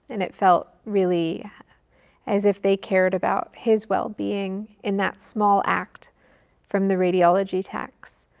and it felt really as if they cared about his well-being in that small act from the radiology techs.